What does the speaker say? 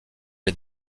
les